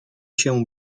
się